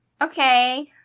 Okay